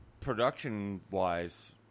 production-wise